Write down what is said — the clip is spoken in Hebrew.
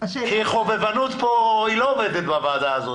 כי חובבנות פה לא עובדת בוועדה הזאת,